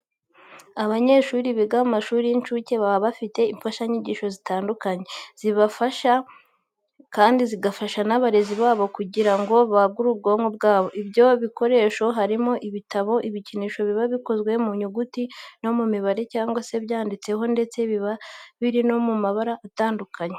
Abanyeshuri biga mu mashuri y'incuke baba bafite imfashanyigisho zitandukanye zifashishwa n'abarezi babo kugira ngo bagure ubwonko bwabo. Ibyo bikoresho harimo ibitabo, ibikinisho biba bikozwe mu nyuguti no mu mibare cyangwa se byanditseho ndetse biba biri no mu mabara atandukanye.